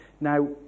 Now